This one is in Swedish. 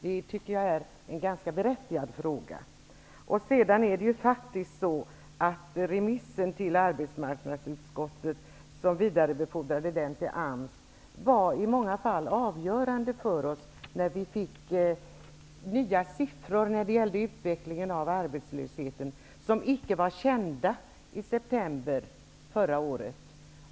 Det tycker jag är en ganska berättigad fråga. Sedan är det faktiskt så att remissen till arbetsmarknadsutskottet, som vidarebefordrades till AMS, i många fall var avgörande för oss. Vi fick nya siffror när det gällde utvecklingen av arbetslösheten, som icke var kända i september förra året.